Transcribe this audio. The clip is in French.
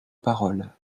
parole